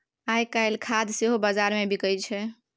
आयकाल्हि खाद सेहो बजारमे बिकय छै